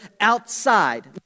outside